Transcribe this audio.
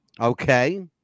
Okay